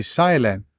silent